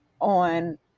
on